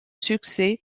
succès